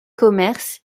commerces